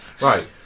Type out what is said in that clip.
Right